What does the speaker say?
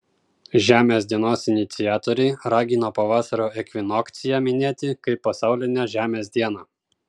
žemės dienos iniciatoriai ragino pavasario ekvinokciją minėti kaip pasaulinę žemės dieną